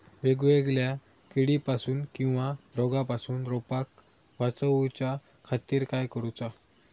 वेगवेगल्या किडीपासून किवा रोगापासून रोपाक वाचउच्या खातीर काय करूचा?